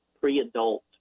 pre-adult